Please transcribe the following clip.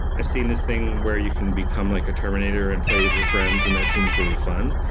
i've seen this thing where you can become like a terminator and play with your friends, and that seems really fun.